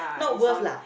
not worth lah